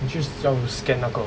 你 just 要 scan 那个